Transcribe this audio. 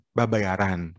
babayaran